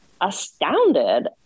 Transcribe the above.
astounded